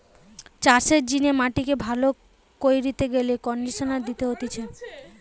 চাষের জিনে মাটিকে ভালো কইরতে গেলে কন্ডিশনার দিতে হতিছে